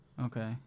Okay